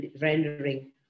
rendering